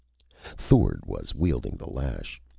thord was wielding the lash.